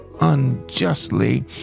unjustly